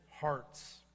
hearts